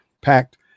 packed